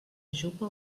jupa